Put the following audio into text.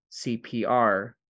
CPR